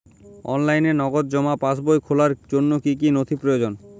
অনলাইনে নগদ জমা পাসবই খোলার জন্য কী কী নথি প্রয়োজন?